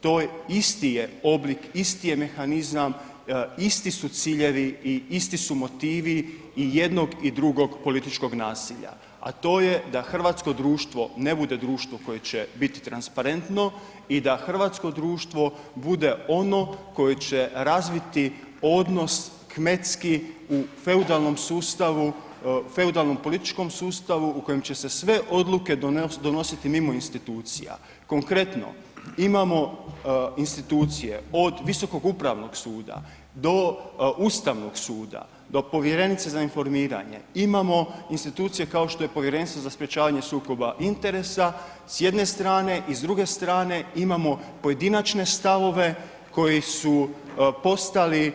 To isti je oblik, isti je mehanizam, isti su ciljevi i isti su motivi i jednog i drugog političkog nasilja, a to je da hrvatsko društvo ne bude društvo koje će biti transparentno i da hrvatsko društvo bude ono koje će razviti odnos kmetski u feudalnom sustavu, feudalnom političkom sustavu u kojem će se sve odluke donositi mimo institucija, konkretno, imamo institucije od Visokog upravnog suda do Ustavnog suda, do povjerenice za informiranje, imamo institucije kao što je Povjerenstvo za sprječavanje sukoba interesa s jedne strane i s druge strane imamo pojedinačne stavove koji su postali